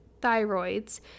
thyroids